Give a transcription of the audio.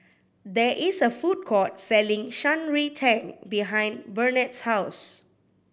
there is a food court selling Shan Rui Tang behind Burnett's house